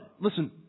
listen